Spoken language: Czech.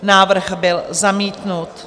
Návrh byl zamítnut.